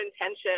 intention